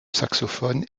saxophone